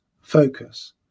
focus